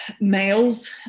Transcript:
males